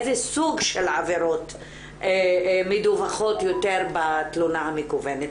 איזה סוג של עבירות מדווחות יותר בתלונה המקוונת?